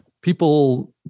people